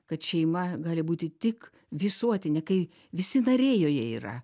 kad šeima gali būti tik visuotinė kai visi nariai joje yra